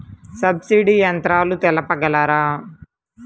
Subsidy యంత్రాలు తెలుపగలరు?